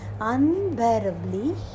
unbearably